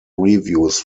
reviews